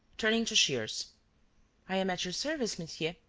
turning to shears i am at your service, monsieur.